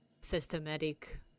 systematic